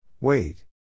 Wait